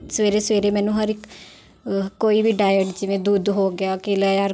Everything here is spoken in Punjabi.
ਸਵੇਰੇ ਸਵੇਰੇ ਮੈਨੂੰ ਹਰ ਇੱਕ ਕੋਈ ਵੀ ਡਾਇਟ ਜਿਵੇਂ ਦੁੱਧ ਹੋ ਗਿਆ ਕੇਲਾ ਯਾਰ